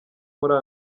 muri